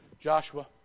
Joshua